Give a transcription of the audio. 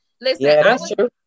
listen